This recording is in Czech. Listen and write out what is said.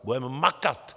Budeme makat.